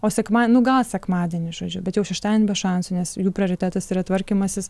o sekmadienį nu gal sekmadienį žodžiu bet jau šeštadienį be šansų nes jų prioritetas yra tvarkymasis